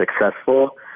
successful